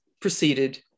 proceeded